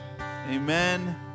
Amen